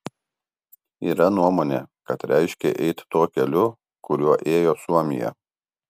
yra nuomonė kad reiškia eiti tuo keliu kuriuo ėjo suomija